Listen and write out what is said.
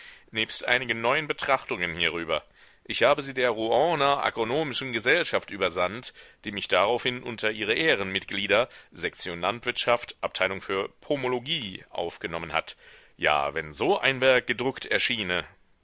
nebst einigen neuen betrachtungen hierüber ich habe sie der rouener agronomischen gesellschaft übersandt die mich daraufhin unter ihre ehrenmitglieder sektion landwirtschaft abteilung für pomologie aufgenommen hat ja wenn so ein werk gedruckt erschiene